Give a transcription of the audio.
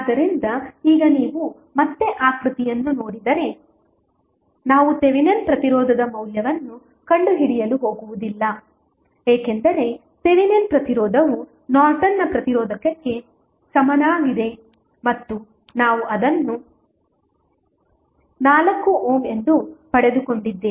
ಆದ್ದರಿಂದ ಈಗ ನೀವು ಮತ್ತೆ ಆಕೃತಿಯನ್ನು ನೋಡಿದರೆ ನಾವು ಥೆವೆನಿನ್ ಪ್ರತಿರೋಧದ ಮೌಲ್ಯವನ್ನು ಕಂಡುಹಿಡಿಯಲು ಹೋಗುವುದಿಲ್ಲ ಏಕೆಂದರೆ ಥೆವೆನಿನ್ ಪ್ರತಿರೋಧವು ನಾರ್ಟನ್ನ ಪ್ರತಿರೋಧಕ್ಕೆ ಸಮಾನವಾಗಿದೆ ಮತ್ತು ನಾವು ಅದನ್ನು 4 ಓಮ್ ಎಂದು ಪಡೆದುಕೊಂಡಿದ್ದೇವೆ